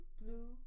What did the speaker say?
blue